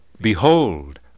Behold